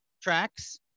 tracks